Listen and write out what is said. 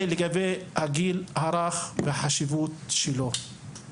הוא נושא הגיל הרך והחשיבות שלו.